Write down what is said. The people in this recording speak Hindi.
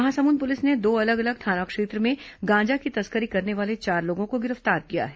महासमुंद पुलिस ने दो अलग अलग थाना क्षेत्र में गांजा की तस्करी करने वाले चार लोगों को गिर फ्तार किया है